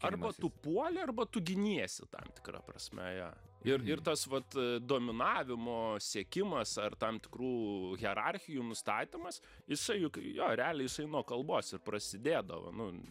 arba tu puoli arba tu giniesi tam tikra prasme jo ir ir tas vat dominavimo siekimas ar tam tikrų hierarchijų nustatymas jisai juk jo realiai jisai nuo kalbos ir prasidėdavo nu